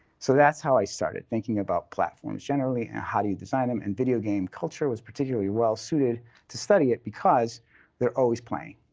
so that's how i started, thinking about platforms, generally and how do you design them. and video game culture was particularly well-suited to study it, because they're always playing.